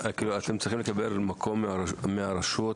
אתם צריכים לקבל מקום מהרשות?